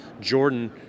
Jordan